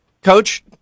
Coach